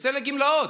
יוצא לגמלאות.